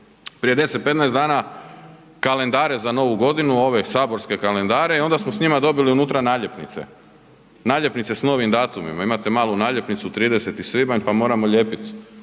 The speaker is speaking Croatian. prije 10, 15 dana kalendare za Novu godinu, ove saborske kalendare i onda smo s njima dobili unutra naljepnice, naljepnice s novim datumima. Imate malu naljepnicu 30. svibanj pa moramo lijepiti